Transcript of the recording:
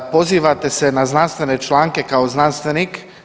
Pozivate se na znanstvene članke kao znanstvenik.